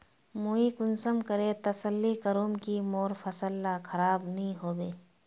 मुई कुंसम करे तसल्ली करूम की मोर फसल ला खराब नी होबे?